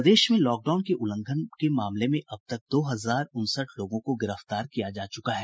प्रदेश में लॉकडाउन उल्लंघन के मामले में अब तब दो हजार उनसठ लोगों को गिरफ्तार किया जा च्रका है